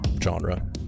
genre